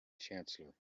chancellor